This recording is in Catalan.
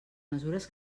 mesures